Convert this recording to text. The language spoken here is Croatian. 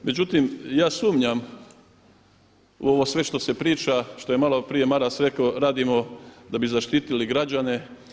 Međutim, ja sumnjam u ovo sve što se priča, što je malo prije Maras rekao radimo da bi zaštitili građane.